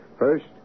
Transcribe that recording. First